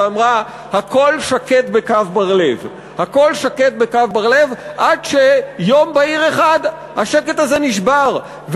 ואמרה: "הכול שקט בקו בר-לב"; עד שיום בהיר אחד השקט הזה נשבר,